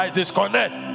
disconnect